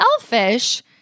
selfish